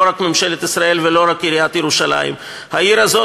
לא רק ממשלת ישראל ולא רק עיריית ירושלים: העיר הזאת